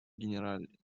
генеральной